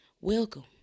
Welcome